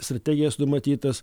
strategijas numatytas